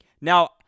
Now